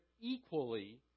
equally